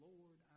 Lord